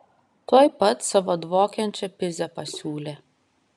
tuoj pat savo dvokiančią pizę pasiūlė